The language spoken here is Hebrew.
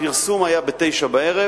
הפרסום היה ב-21:00,